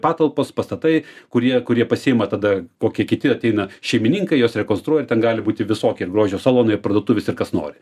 patalpos pastatai kurie kurie pasiima tada kokie kiti ateina šeimininkai juos rekonstruoja ir ten gali būti visokie ir grožio salonai ir parduotuvės ir kas nori